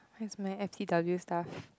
mine's my F_T_W stuff